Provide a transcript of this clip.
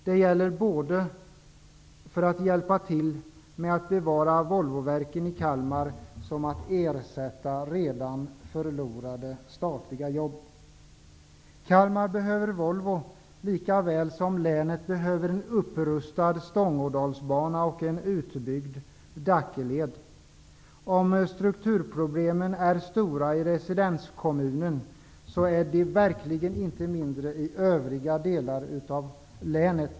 Det gäller både att hjälpa till med att bevara Volvoverken i Kalmar och att ersätta redan förlorade statliga jobb. Kalmar behöver Volvo lika väl som länet behöver en upprustad Stångådalsbana och en utbyggd Dackeled. Om strukturproblemen är stora i residenskommunen, är de verkligen inte mindre i övriga delar av länet.